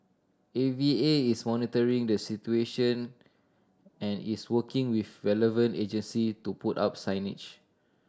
A V A is monitoring the situation and is working with relevant agencies to put up signage